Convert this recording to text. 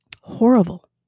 Horrible